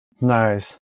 Nice